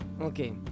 okay